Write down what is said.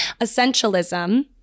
Essentialism